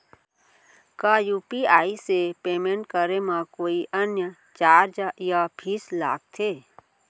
का यू.पी.आई से पेमेंट करे म कोई अन्य चार्ज या फीस लागथे?